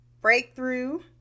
Breakthrough